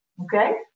Okay